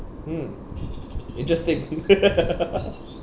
mm interesting